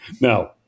Now